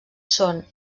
són